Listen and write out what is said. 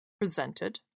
presented